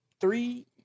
three